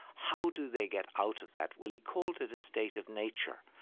how do they get out of that? well he called it a state of nature,